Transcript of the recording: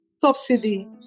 Subsidy